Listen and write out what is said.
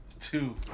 Two